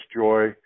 joy